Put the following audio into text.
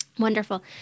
Wonderful